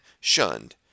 shunned